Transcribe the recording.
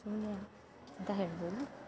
ಶೂನ್ಯ ಅಂತ ಹೇಳ್ಬೋದು